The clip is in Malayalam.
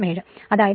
07അതായത് 0